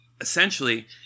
essentially